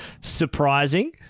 surprising